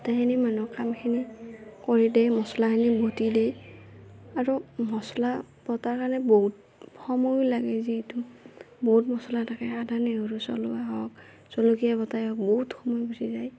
গোটেইখিনি মানুহক কামখিনি কৰি দিয়ে মচলাখিনি বটি দেই আৰু মচলা বটাৰ কাৰণে বহুত সময়ো লাগে যিহেতু বহুত মচলা থাকে আদা নহৰু চেলোৱা হওক জলকীয়া বটাই হওক বহুত সময় গুচি যায়